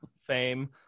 fame